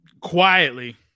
quietly